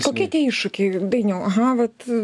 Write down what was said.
kokie tie iššūkiai dainiau aha vat